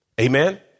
Amen